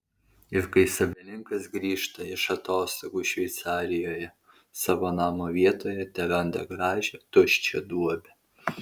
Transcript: ir kai savininkas grįžta iš atostogų šveicarijoje savo namo vietoje teranda gražią tuščią duobę